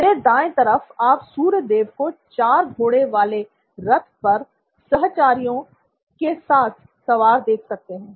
मेरी दाएं तरफ आप सूर्य देव को 4 घोड़ों वाले अपने रथ पर सहचारियो के साथ सवार देख सकते हैं